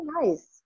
nice